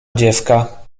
dziewka